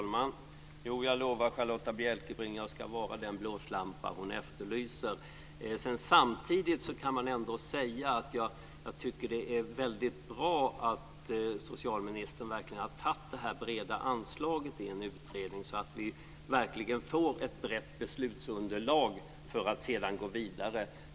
Herr talman! Jag lovar Charlotta Bjälkebring att jag, som hon efterlyser, ska agera blåslampa i detta sammanhang. Samtidigt tycker jag att det är väldigt bra att socialministern har det här vida anslaget till en utredning, så att vi verkligen får ett brett beslutsunderlag till dess att vi sedan ska gå vidare.